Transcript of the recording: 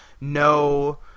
No